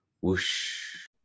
Whoosh